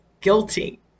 guilty